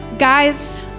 Guys